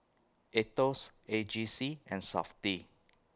Aetos A G C and Safti